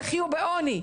תחיו בעוני,